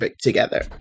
together